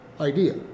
idea